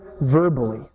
verbally